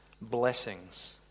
blessings